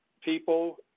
people